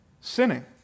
sinning